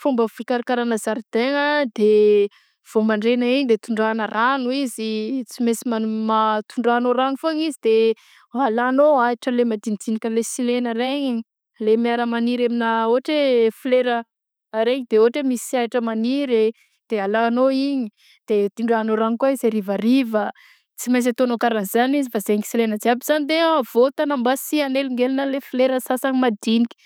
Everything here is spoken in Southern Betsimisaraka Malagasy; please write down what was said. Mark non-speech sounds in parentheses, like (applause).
Fomba fikarakarana zaridena de vao mandregna igny de tondrahagna rano izy tsy maintsy mani- m- tondrahanao rano foagnan'izy de alanao ahitra le majinijinika le sy ilegna regny le miaramaniry aminà ôhatra hoe folera a (hesitation) regny de ôhatra hoe misy ahitra magniry de alanao igny de tondrahanao rano kôa izy sy arivariva sy mainsy ataonao karaha anzagny izy fa zegny sy ilena jiaby zany de avaotagna mba sy anelingeligna le folera sasany madinika.